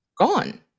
gone